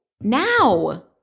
now